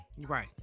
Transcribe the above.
right